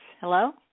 Hello